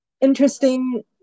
interesting